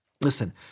Listen